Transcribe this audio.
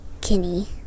Kinney